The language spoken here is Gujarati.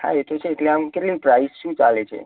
હા એ તો છે એટલે આમ કેટલી પ્રાઈસ શું ચાલે છે